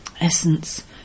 Essence